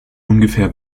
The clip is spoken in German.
ungefähr